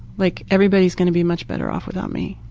like everybody is going to be much better off without me.